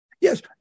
Yes